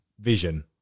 vision